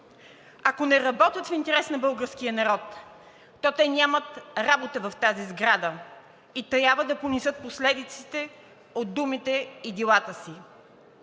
Ако не работят в интерес на българския народ, то те нямат работа в тази сграда и трябва да понесат последиците от думите и делата си.